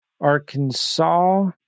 Arkansas